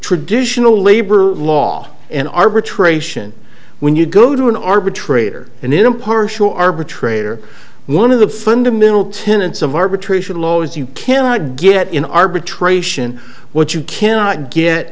traditional labor law an arbitration when you go to an arbitrator an impartial arbitrator one of the fundamental tenets of arbitration law is you cannot get in arbitration what you cannot get